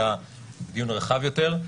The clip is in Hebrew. אלא דיון רחב יותר.